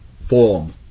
form